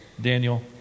Daniel